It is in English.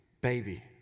baby